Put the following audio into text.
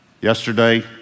yesterday